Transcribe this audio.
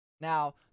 Now